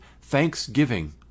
thanksgiving